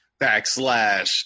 backslash